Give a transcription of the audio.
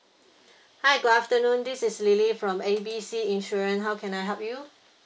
hi good afternoon this is lily from A B C insurance how can I help you